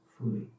fully